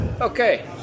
Okay